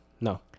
no